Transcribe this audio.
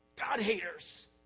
God-haters